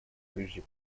прежде